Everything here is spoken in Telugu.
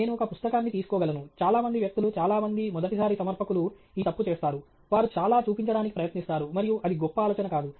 నేను ఒక పుస్తకాన్ని తీసుకోగలను చాలా మంది వ్యక్తులు చాలా మంది మొదటిసారి సమర్పకులు ఈ తప్పు చేస్తారు వారు చాలా చూపించడానికి ప్రయత్నిస్తారు మరియు అది గొప్ప ఆలోచన కాదు